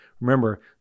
remember